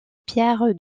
pierre